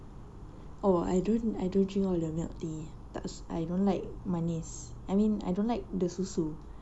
oh I don't I don't drink all the milk tea I don't like manis I mean I don't like the susu